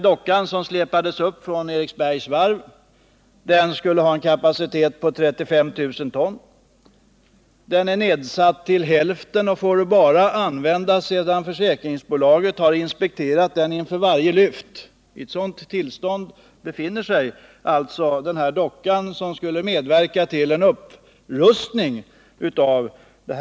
Dockan som släpades upp från Eriksbergs varv skulle ha en kapacitet på 35 000 ton, men den är nu nedsatt till hälften och dockan får bara användas sedan försäkringsbolaget har inspekterat den inför varje lyft. I ett sådant tillstånd befinner sig alltså denna docka som skulle medverka till en upprustning av varvet.